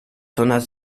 zonas